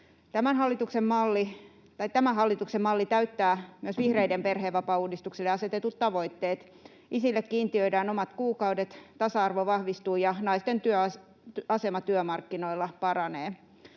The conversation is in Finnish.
Tämä hallituksen malli täyttää myös vihreiden perhevapaauudistukselle asetetut tavoitteet: isille kiintiöidään omat kuukaudet, tasa-arvo vahvistuu, ja naisten asema työmarkkinoilla paranee.